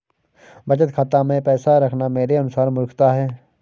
बचत खाता मैं पैसा रखना मेरे अनुसार मूर्खता है